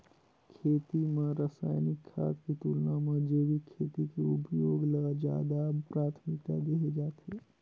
खेती म रसायनिक खाद के तुलना म जैविक खेती के उपयोग ल ज्यादा प्राथमिकता देहे जाथे